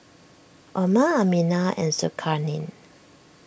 Omar Aminah and Zulkarnain